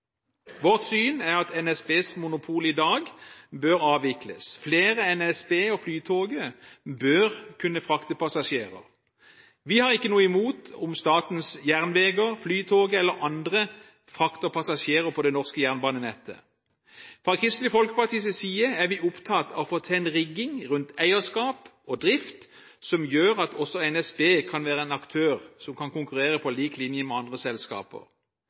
Vårt syn er at NSBs monopol i dag bør avvikles. Flere enn NSB og Flytoget bør kunne frakte passasjerer. Vi har ikke noe imot om Statens Jernväger, Flytoget eller andre frakter passasjerer på det norske jernbanenettet. Fra Kristelig Folkepartis side er vi opptatt av å få til en rigging rundt eierskap og drift som gjør at også NSB kan være en aktør som kan konkurrere på lik linje med andre selskaper.